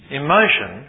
emotion